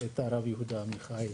את הרב יהודה עמיחי,